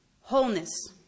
wholeness